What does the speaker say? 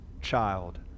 child